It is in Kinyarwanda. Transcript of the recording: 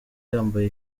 yambaye